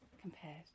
compared